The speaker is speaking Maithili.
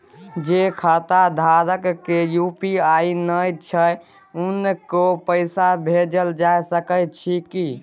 जे खाता धारक के यु.पी.आई नय छैन हुनको पैसा भेजल जा सकै छी कि?